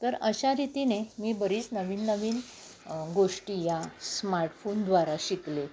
तर अशा रितीने मी बरीच नवीन नवीन गोष्टी या स्मार्टफोनद्वारा शिकले